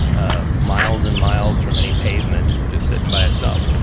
ah miles and miles from any pavement, just sitting by itself